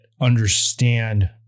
understand